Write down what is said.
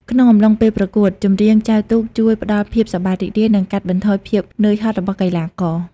ក្នុងអំឡុងពេលប្រកួត ចម្រៀងចែវទូកជួយ ផ្តល់ភាពសប្បាយរីករាយ និងកាត់បន្ថយភាពនឿយហត់របស់កីឡាករ។